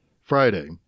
Friday